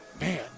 Man